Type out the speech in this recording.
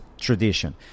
tradition